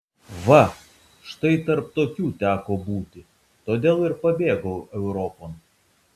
va štai tarp tokių teko būti todėl ir pabėgau europon